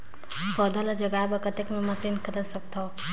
पौधा ल जगाय बर कतेक मे मशीन खरीद सकथव?